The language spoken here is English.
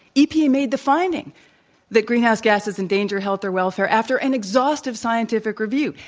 epa made the finding that greenhouse gases endangered health or welfare after an exhaustive scientific review.